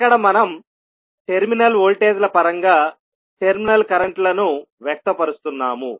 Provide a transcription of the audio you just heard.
ఇక్కడ మనం టెర్మినల్ వోల్టేజ్ల పరంగా టెర్మినల్ కరెంట్ లను వ్యక్తపరుస్తున్నాము